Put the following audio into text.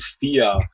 fear